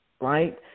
Right